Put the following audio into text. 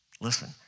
Listen